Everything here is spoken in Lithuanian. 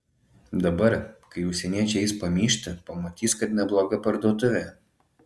dabar kai užsieniečiai eis pamyžti pamatys kad nebloga parduotuvė